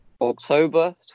October